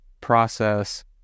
process